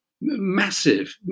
massive